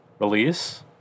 release